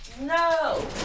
No